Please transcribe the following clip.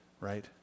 Right